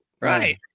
right